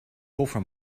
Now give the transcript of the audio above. koffer